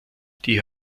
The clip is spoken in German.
die